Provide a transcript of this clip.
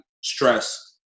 stress